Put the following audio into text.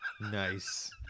nice